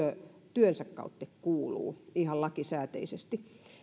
työnsä kautta kuuluu ihan lakisääteisesti